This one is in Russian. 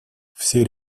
все